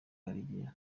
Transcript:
karegeya